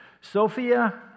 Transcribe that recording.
Sophia